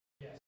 Yes